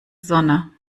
sonne